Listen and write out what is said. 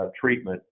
treatment